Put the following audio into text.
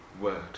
word